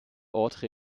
ordre